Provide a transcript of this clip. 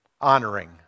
honoring